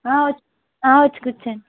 వ వచ్చి కూర్చోండి